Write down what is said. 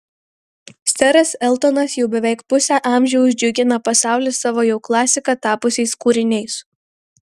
seras eltonas jau beveik pusę amžiaus džiugina pasaulį savo jau klasika tapusiais kūriniais